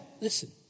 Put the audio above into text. listen